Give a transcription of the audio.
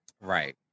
Right